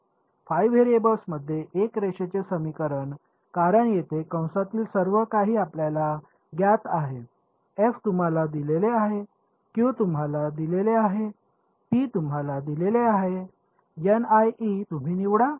5 variables मध्ये एक रेषेचे समीकरण कारण येथे कंसातील सर्व काही आपल्याला ज्ञात आहे f तुम्हाला दिलेले आहे q तुम्हाला दिलेले आहे p तुम्हाला दिलेले आहे तुम्ही निवडा तुम्ही निवडा